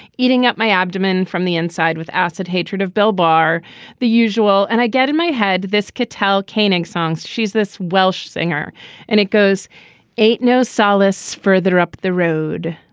eating up my abdomen from the inside with acid hatred of bill barr the usual and i get in my head. this cartel caning songs she's this welsh singer and it goes ain't no solace further up the road.